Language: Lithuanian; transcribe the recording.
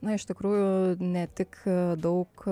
na iš tikrųjų ne tik daug